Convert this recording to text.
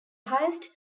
highest